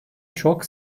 çok